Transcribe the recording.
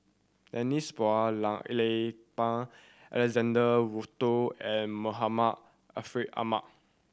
Denise Phua Lay Alexander Wolter and Muhammad Ariff Ahmad